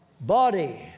body